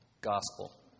gospel